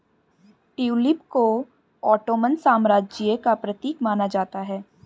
tulip को Ottoman साम्राज्य का प्रतीक माना जाता है